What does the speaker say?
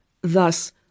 Thus